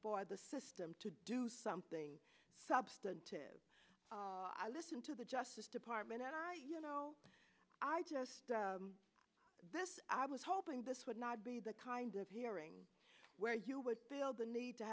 for the system to do something substantive i listen to the justice department and i you know i just this i was hoping this would not be the kind of hearing where you would feel the need to